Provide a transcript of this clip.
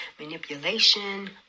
manipulation